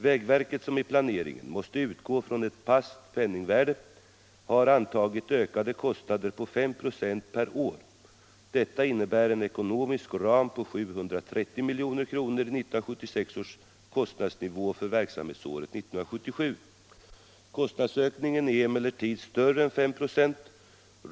Vägverket, som i planeringen måste utgå från ett fast penningvärde, har antagit ökade kostnader på 5 26 per år. Detta innebär en ekonomisk ram på 730 milj.kr. i 1976 års kostnadsnivå för verksamhetsåret 1977. Kostnadsökningen är emellertid väsentligt större än 5 26.